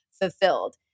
fulfilled